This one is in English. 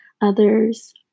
others